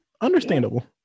understandable